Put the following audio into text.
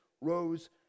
rose